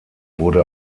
wurde